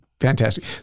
fantastic